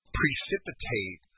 precipitate